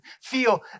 feel